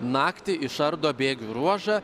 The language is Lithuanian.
naktį išardo bėgių ruožą